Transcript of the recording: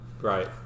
right